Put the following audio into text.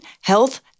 health